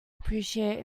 appreciate